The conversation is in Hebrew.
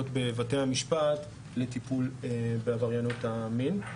בבתי המשפט לטיפול בעבריינות המין.